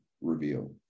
reveal